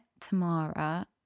Tamara